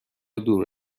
دور